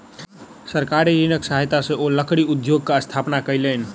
सरकारी ऋणक सहायता सॅ ओ लकड़ी उद्योग के स्थापना कयलैन